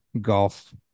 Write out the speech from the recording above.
golf